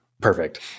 perfect